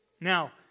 Now